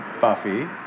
Buffy